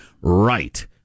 right